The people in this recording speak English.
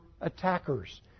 attackers